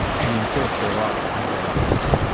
and enforce their rights under that agreement?